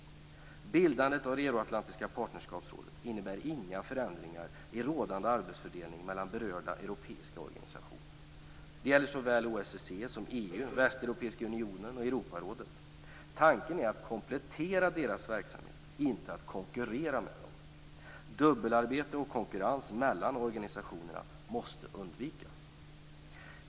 Bildandet av Euroatlantiska partnerskapsrådet innebär inga förändringar i rådande arbetsfördelning mellan berörda europeiska organisationer. Det gäller såväl OSSE som EU, Västeuropeiska unionen och Europarådet. Tanken är att komplettera deras verksamhet, inte att konkurrera med dem. Dubbelarbete och konkurrens mellan organisationerna måste undvikas.